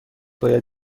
باید